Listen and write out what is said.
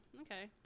okay